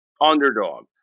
underdog